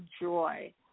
joy